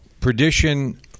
perdition